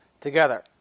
together